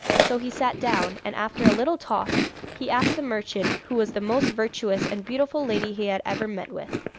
so he sat down, and after a little talk he asked the merchant who was the most virtuous and beautiful lady he had ever met with.